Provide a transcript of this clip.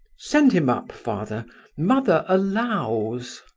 send him up, father mother allows.